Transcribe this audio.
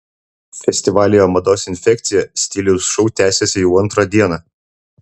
festivalyje mados infekcija stiliaus šou tęsiasi jau antrą dieną